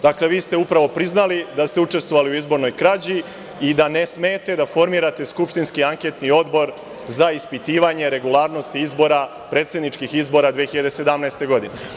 Dakle, vi ste upravo priznali da ste učestvovali u izbornoj krađi i da ne smete da formirate skupštinski anketni odbor za ispitivanje regularnosti predsedničkih izbora 2017. godine.